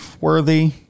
worthy